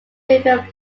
river